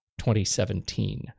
2017